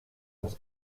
das